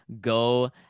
go